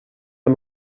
hem